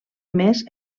més